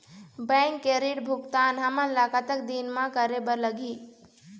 Bank के ऋण भुगतान हमन ला कतक दिन म करे बर लगही?